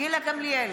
גילה גמליאל,